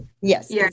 Yes